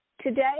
today